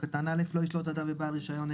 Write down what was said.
9/א'.לא ישלוט אדם בבעל רישיון,